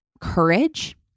courage